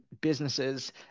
businesses